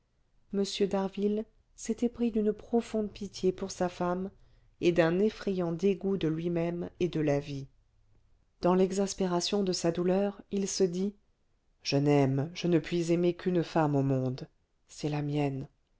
m d'harville s'était pris d'une profonde pitié pour sa femme et d'un effrayant dégoût de lui-même et de la vie dans l'exaspération de sa douleur il se dit je n'aime je ne puis aimer qu'une femme au monde c'est la mienne